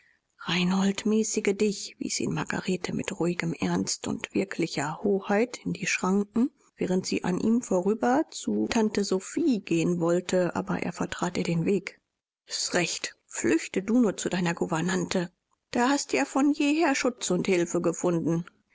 reinhold mäßige dich wies ihn margarete mit ruhigem ernst und wirklicher hoheit in die schranken während sie an ihm vorüber zu tante sophie gehen wollte aber er vertrat ihr den weg s ist recht flüchte du nur zu deiner gouvernante da hast du ja von jeher schutz und hilfe gefunden